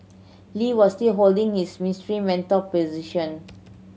Lee was still holding his Minister Mentor position